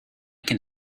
can